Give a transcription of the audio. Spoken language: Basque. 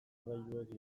ordenagailuek